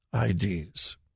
IDs